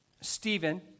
Stephen